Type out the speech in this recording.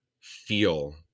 feel –